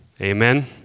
Amen